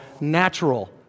natural